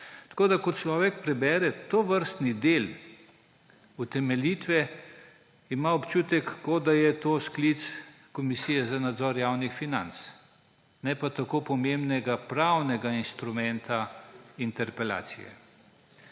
Ko človek prebere tovrstni del utemeljitve, ima občutek, kot da je to sklic Komisije za nadzor javnih financ, ne pa tako pomembnega pravnega instrumenta interpelacije.